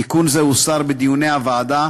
תיקון זה הוסר בדיוני הוועדה,